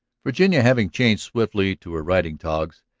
virginia, having changed swiftly to her riding-togs,